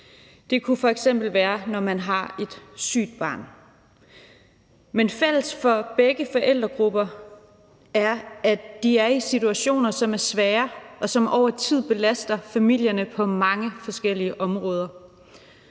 Det kunne f.eks. være, når man har et sygt barn. Men fælles for begge forældregrupper er, at de er i situationer, som er svære, og som over tid belaster familierne på mange forskellige områder.